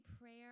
prayer